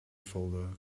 folder